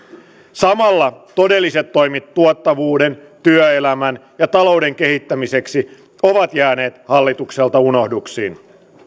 samalla todelliset toimet tuottavuuden työelämän ja talouden kehittämiseksi ovat jääneet hallitukselta unohduksiin